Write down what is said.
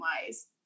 wise